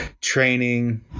training